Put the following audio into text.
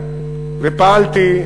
ופעלתי,